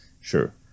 sure